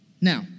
Now